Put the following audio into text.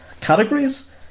categories